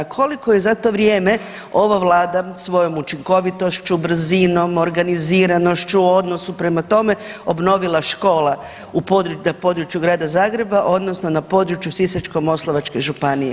Koliko je za to vrijeme ova Vlada svojom učinkovitošću, brzinom, organiziranošću o odnosu prema tome obnovila škola na području Grada Zagreba odnosno na području Sisačko-moslavačke županije.